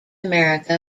america